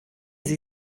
sie